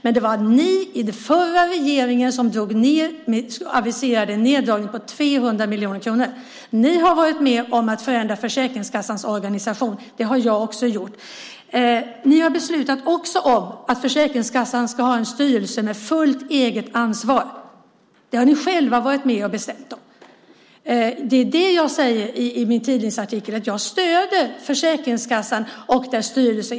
Men det var den förra regeringen som aviserade en neddragning med 300 miljoner kronor. Ni har varit med på att förändra Försäkringskassans organisation. Det har jag också. Ni har också beslutat om att Försäkringskassan ska ha en styrelse med fullt eget ansvar. Det har ni själva varit med och bestämt. Det jag säger i tidningsartikeln är att jag stöder Försäkringskassan och dess styrelse.